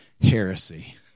heresy